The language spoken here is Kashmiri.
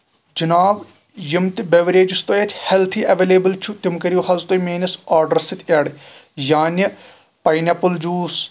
جِناب یِم تہِ بیوریجز یُس تۄہہِ اَتہِ ہیلتھی اٮ۪ویلیبٕل چھو تِم کٔرِو حظ تُہۍ میٲنِس آرڈرس سۭتۍ اٮ۪ڈ یعنے پینیاپل جوٗس